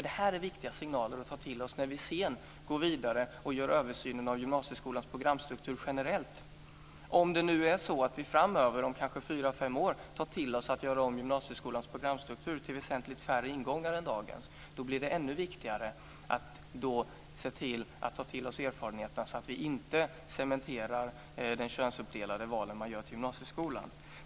Detta är viktiga signaler att ta till oss när vi sedan går vidare och gör översynen av gymnasieskolans programstruktur generellt. Om det är så att vi framöver, om kanske fyra fem år, ska göra om gymnasieskolans programstruktur till väsentlig färre ingångar än dagens, blir det ännu viktigare att ta till oss erfarenheterna så att vi inte cementerar de könsuppdelade val man gör till gymnasieskolan.